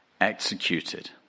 executed